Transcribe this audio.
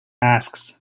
asks